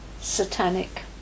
Satanic